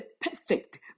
perfect